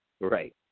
Right